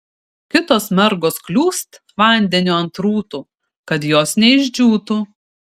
kitos mergos kliūst vandeniu ant rūtų kad jos neišdžiūtų